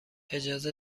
اجازه